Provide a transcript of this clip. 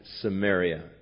Samaria